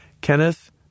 Kenneth